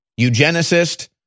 eugenicist